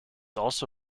also